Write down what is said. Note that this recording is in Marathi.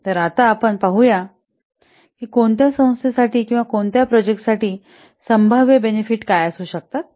तर आता आपण पाहूया की कोणत्या संस्थे साठी किंवा कोणत्या प्रोजेक्ट साठी संभाव्य बेनेफिट काय असू शकतात